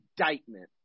indictment